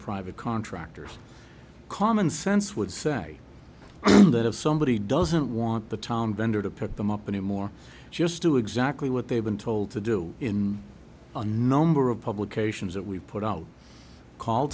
private contractors commonsense would say that if somebody doesn't want the town vendor to pick them up anymore just do exactly what they've been told to do in a number of publications that we put out call